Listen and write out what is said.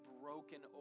broken